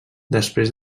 després